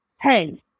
hey